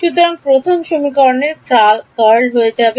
সুতরাং প্রথম সমীকরণটি এর কার্ল হয়ে যাবে